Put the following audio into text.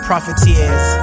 Profiteers